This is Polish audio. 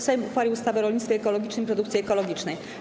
Sejm uchwalił ustawę o rolnictwie ekologicznym i produkcji ekologicznej.